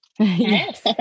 Yes